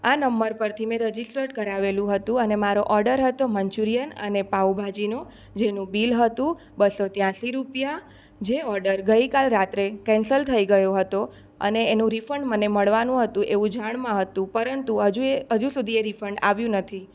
આ નમ્બર પરથી મેં રેજીસ્ટર કરાવેલું હતું અને મારો ઓડર હતો મન્ચુરિયન અને પાંવભાજીનો જેનું બિલ હતું બસો ત્યાંસી રૂપિયા જે ઓડર ગઈ કાલે રાત્રે કેન્સલ થઈ ગયો હતો અને એનું રિફંડ મને મળવાનું હતું એવું જાણમાં હતું પરંતુ હજુ એ હજુ સુધી એ રિફંડ આવ્યું નથી